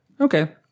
Okay